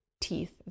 teeth